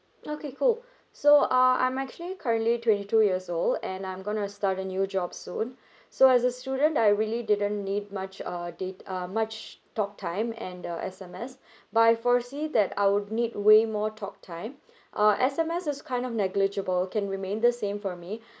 okay cool so uh I'm actually currently twenty two years old and I'm going to start a new job soon so as a student I really didn't need much uh da~ uh much talk time and uh S_M_S but I foresee that I would need way more talk time uh S_M_S is kind of negligible can remain the same for me